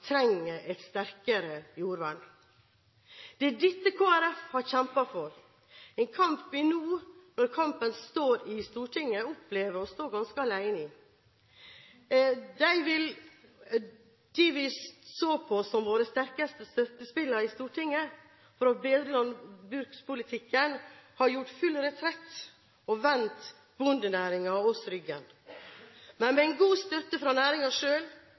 trenger et sterkere jordvern. Det er dette Kristelig Folkeparti har kjempet for, en kamp vi nå, når kampen står i Stortinget, opplever å stå ganske alene i. Dem vi i Stortinget så på som våre sterkeste støttespillere for å bedre landbrukspolitikken, har gjort full retrett og vendt bondenæringen og oss ryggen. Men med god støtte fra